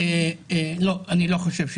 אני לא חושב,